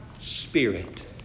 spirit